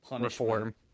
reform